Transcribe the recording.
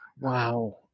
Wow